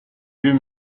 vieux